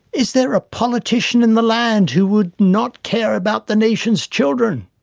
is there a politician in the land who would not care about the nation's children?